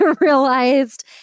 realized